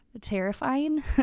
terrifying